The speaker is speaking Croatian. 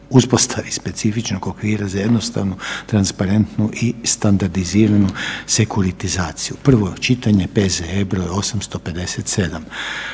uspostavi specifičnog okvira za jednostavnu, transparentnu i standardiziranu sekuritizaciju. Važno je